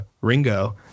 Ringo